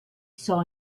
saw